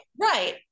Right